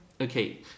Okay